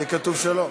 לי כתוב שלום.